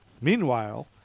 Meanwhile